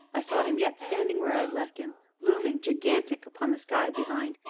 i saw him yet standing where i had left him, looming gigantic upon the sky behind,